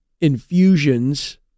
infusions